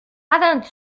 avant